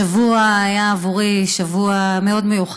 השבוע היה עבורי שבוע מאוד מיוחד.